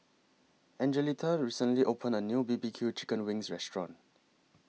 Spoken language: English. Angelita recently opened A New B B Q Chicken Wings Restaurant